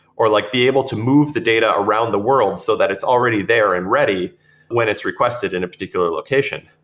or like be able to move the data around the world so that it's already there and ready when it's requested in a particular location.